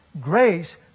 Grace